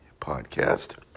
podcast